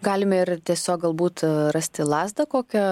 galime ir tiesiog galbūt rasti lazdą kokią